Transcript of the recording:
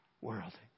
world